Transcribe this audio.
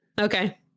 Okay